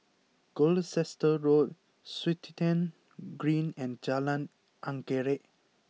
Gloucester Road Swettenham Green and Jalan Anggerek